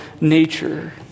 nature